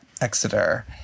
Exeter